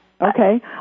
Okay